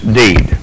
deed